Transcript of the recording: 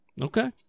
Okay